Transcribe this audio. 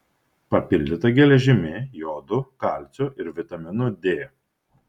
papildyta geležimi jodu kalciu ir vitaminu d